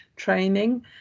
training